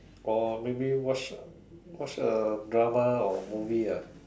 or maybe watch a watch a drama or movie ah